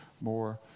more